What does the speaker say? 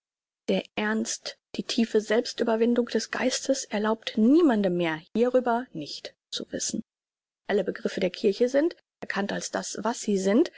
der ernst die tiefe selbstüberwindung des geistes erlaubt niemandem mehr hierüber nicht zu wissen alle begriffe der kirche sind erkannt als das was sie sind